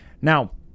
Now